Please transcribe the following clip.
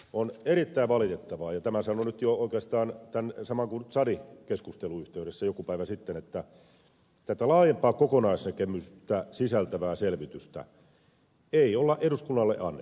on erittäin valitettavaa ja sanon nyt jo oikeastaan tämän saman kuin tsad keskustelun yhteydessä jokunen päivä sitten että tätä laajempaa kokonaisnäkemystä sisältävää selvitystä ei ole eduskunnalle annettu